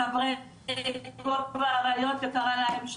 חברי גוב האריות וקראה להם שהידים,